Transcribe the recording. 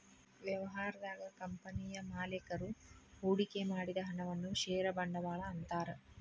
ವ್ಯವಹಾರದಾಗ ಕಂಪನಿಯ ಮಾಲೇಕರು ಹೂಡಿಕೆ ಮಾಡಿದ ಹಣವನ್ನ ಷೇರ ಬಂಡವಾಳ ಅಂತಾರ